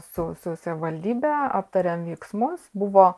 su su savivaldybe aptarėm veiksmus buvo